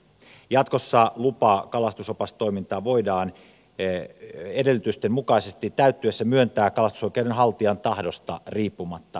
jatkossa lupa kalastusopastoimintaan voidaan edellytysten täyttyessä myöntää kalastusoikeuden haltijan tahdosta riippumatta